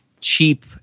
cheap